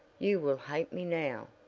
you will hate me now.